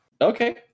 Okay